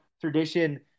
tradition